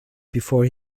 before